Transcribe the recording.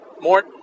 more